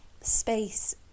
space